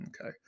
Okay